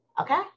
Okay